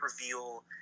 reveal